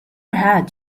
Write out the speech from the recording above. had